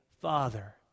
Father